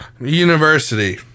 University